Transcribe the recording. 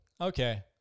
Okay